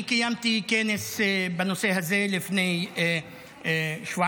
אני קיימתי כנס בנושא הזה לפני שבועיים-שלושה,